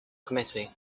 committee